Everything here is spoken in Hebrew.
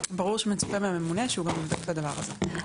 ברור שמצופה מהממונה שהוא גם יבדוק את הדבר הזה.